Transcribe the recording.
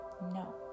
no